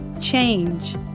change